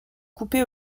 coupées